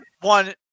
one